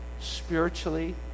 spiritually